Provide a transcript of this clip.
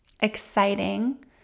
Exciting